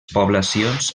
poblacions